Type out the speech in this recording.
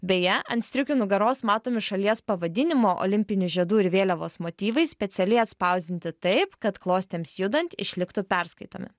beje ant striukių nugaros matomi šalies pavadinimo o olimpinių žiedų ir vėliavos motyvai specialiai atspausdinti taip kad klostėms judant išliktų perskaitomi